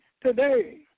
today